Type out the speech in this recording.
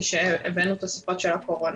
כשהבאנו תוספות של הקורונה.